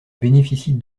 bénéficie